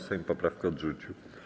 Sejm poprawkę odrzucił.